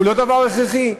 הוא לא דבר הכרחי?